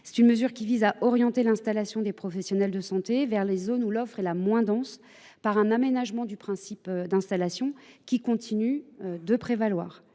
Cette mesure vise à orienter l’installation des professionnels de santé vers les zones où l’offre est la moins dense par un aménagement du principe de la liberté d’installation, qui continuerait de prévaloir.